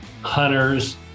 hunters